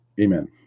Amen